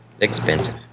Expensive